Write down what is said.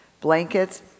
blankets